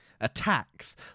attacks